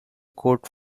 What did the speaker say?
quote